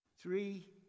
three